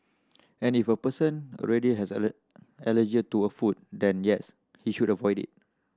and if a person already has an allergy to a food then yes he should avoid it